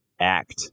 act